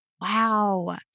Wow